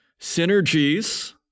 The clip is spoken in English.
synergies